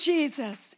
Jesus